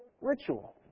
Ritual